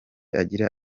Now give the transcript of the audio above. agira